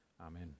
Amen